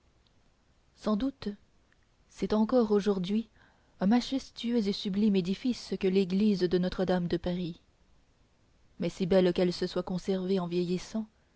sans doute c'est encore aujourd'hui un majestueux et sublime édifice que l'église de notre-dame de paris mais si belle qu'elle se soit conservée en vieillissant